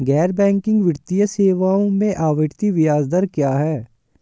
गैर बैंकिंग वित्तीय सेवाओं में आवर्ती ब्याज दर क्या है?